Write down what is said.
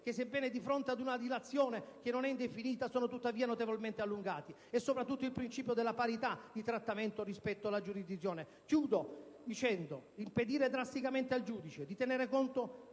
che, sebbene di fronte ad una dilazione che non è indefinita sono tuttavia notevolmente allungati; e soprattutto il «principio della parità di trattamento rispetto alla giurisdizione». L'impedire drasticamente al giudice di tenerne conto